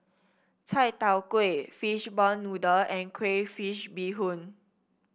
Chai Tow Kuay Fishball Noodle and Crayfish Beehoon